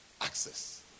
Access